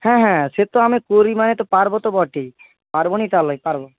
হ্যাঁ হ্যাঁ সে তো আমি করি মানে তো পারবো তো বটেই পারবোনি তা লয় পারবো